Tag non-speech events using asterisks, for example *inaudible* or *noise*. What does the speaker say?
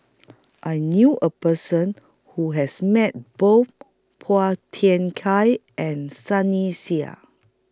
I knew A Person Who has Met Both Phua *unintelligible* Kiay and Sunny Sia